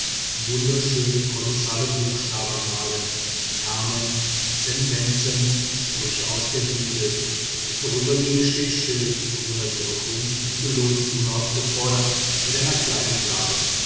wunderschöne kolossale buchstaben malen namen sentenzen sprüche aus der bibel der vorübergehende steht still bewundert ihre kunst und belohnt sie unaufgefordert mit einer kleinen gabe